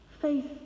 Faith